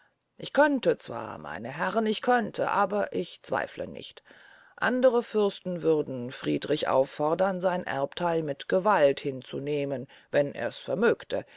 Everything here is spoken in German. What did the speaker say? ich könnte zwar meine herren ich könnte aber ich zweifle nicht andre fürsten würden friedrich auffordern sein erbtheil mit gewalt hinzunehmen wenn ers vermögte